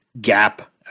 gap